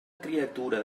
criatura